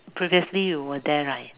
previously you were there right